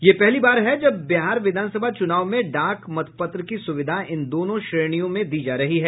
यह पहली बार है जब बिहार विधानसभा चुनाव में डाक मतपत्र की सुविधा इन दोनों श्रेणियों में दी जा रही है